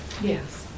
yes